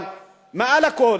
אבל מעל הכול,